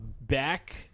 back